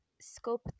scope